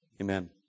amen